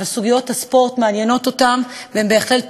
אבל סוגיות הספורט מעניינות אותם והם בהחלט תומכים.